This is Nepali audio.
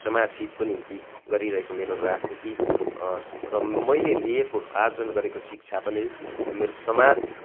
समाज हितको निम्ति गरिरहेको मेरो राजनीति र मैले लिएको आर्जन गरेको शिक्षा पनि मेरो समाज